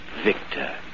Victor